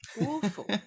Awful